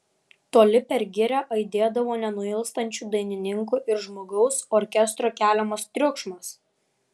toli per girią aidėdavo nenuilstančių dainininkų ir žmogaus orkestro keliamas triukšmas